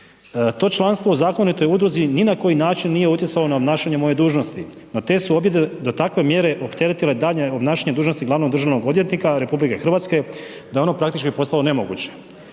to članstvo u zakonitoj udruzi ni na koji način nije utjecalo na obnašanje moje dužnosti. No te su objede do takve mjere opteretile daljnje obnašanje dužnosti glavnog državnog odvjetnika RH da je ono praktički postalo nemoguće.